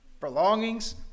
belongings